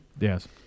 Yes